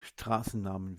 straßennamen